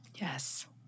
Yes